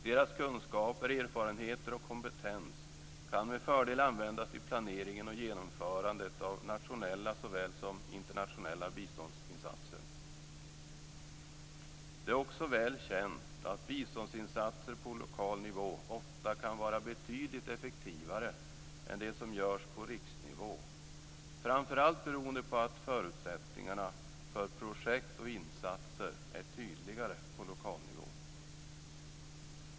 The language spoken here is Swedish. Deras kunskaper, erfarenheter och kompetens kan med fördel användas i planeringen och genomförandet av nationella såväl som internationella biståndsinsatser. Det är också väl känt att biståndsinsatser på lokal nivå ofta kan vara betydligt effektivare än de som görs på riksnivå, framför allt beroende på att förutsättningarna för projekt och insatser är tydligare på lokal nivå.